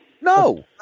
No